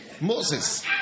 Moses